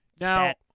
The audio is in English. Now